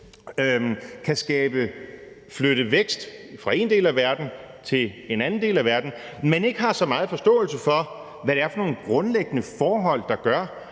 måde flytte vækst fra en del af verden til en anden del af verden, men ikke har så meget forståelse for, hvad det er for nogle grundlæggende forhold, der gør,